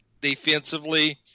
defensively